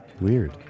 weird